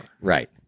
Right